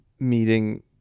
Meeting